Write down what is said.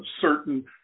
certain